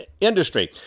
industry